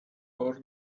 four